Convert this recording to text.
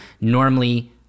normally